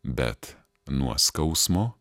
bet nuo skausmo